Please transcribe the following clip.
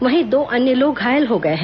वहीं दो अन्य लोग घायल हो गए हैं